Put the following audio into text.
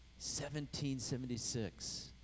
1776